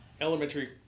elementary